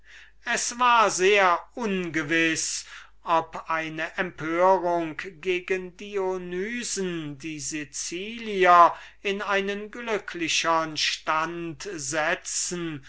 es war sehr ungewiß ob eine empörung gegen den dionys die sicilianer würklich in einen glücklichern stand setzen